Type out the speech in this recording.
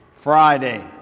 Friday